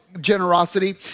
generosity